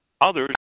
others